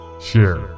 share